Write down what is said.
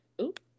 oop